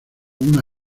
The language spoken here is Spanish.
una